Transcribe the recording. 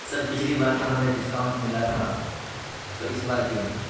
سر پچھلی بار تو ہمیں ڈسکاؤنٹ ملا تھا تو اس بار کیوں نہیں